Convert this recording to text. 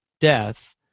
death